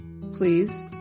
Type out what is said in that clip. please